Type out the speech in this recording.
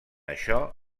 això